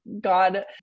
God